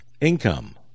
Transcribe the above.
income